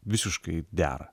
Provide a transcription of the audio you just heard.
visiškai dera